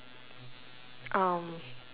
um